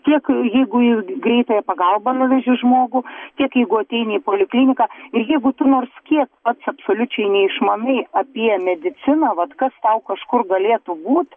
tiek jeigu į greitąją pagalbą nuveži žmogų tiek jeigu ateini į polikliniką ir jeigu tu nors kiek pats absoliučiai neišmanai apie mediciną vat kas tau kažkur galėtų būt